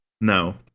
No